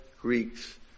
Greeks